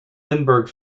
lindbergh